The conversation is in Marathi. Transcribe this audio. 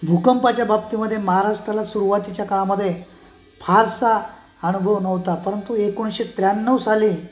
भूकंपाच्या बाबतीमध्ये महाराष्ट्राला सुरुवातीच्या काळामध्ये फारसा अनुभव नव्हता परंतु एकोणीसशे त्र्याण्णव साली